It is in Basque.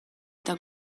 eta